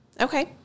Okay